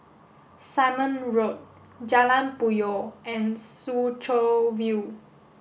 Simon Road Jalan Puyoh and Soo Chow View